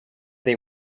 they